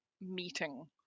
meeting